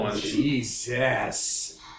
Jesus